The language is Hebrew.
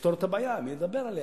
לפתור את הבעיה, לדבר עליה.